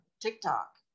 tiktok